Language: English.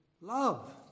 love